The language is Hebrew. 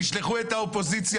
ישלחו את האופוזיציה,